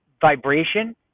vibration